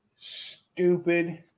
stupid